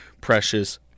precious